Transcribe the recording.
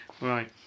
Right